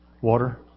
Water